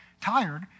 tired